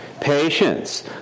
patience